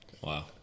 Wow